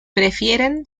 prefieren